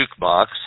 jukebox